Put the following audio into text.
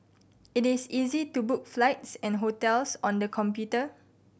it is easy to book flights and hotels on the computer